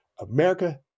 america